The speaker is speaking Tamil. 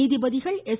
நீதிபதிகள் எஸ்